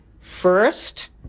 first